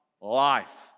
life